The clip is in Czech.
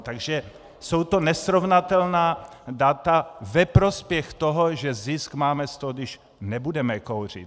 Takže jsou to nesrovnatelná data ve prospěch toho, že zisk máme z toho, když nebudeme kouřit.